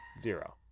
Zero